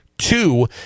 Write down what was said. two